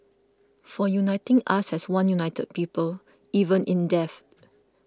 for uniting us as one united people even in death